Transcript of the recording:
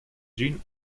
jean